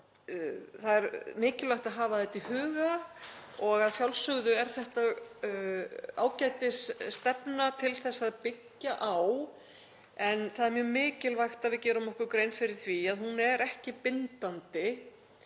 Það er mikilvægt að hafa þetta í huga og að sjálfsögðu er þetta ágætisstefna til að byggja á en það er mjög mikilvægt að við gerum okkur grein fyrir því að hún er ekki bindandi